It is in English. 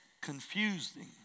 confusing